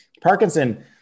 Parkinson